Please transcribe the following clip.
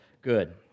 Good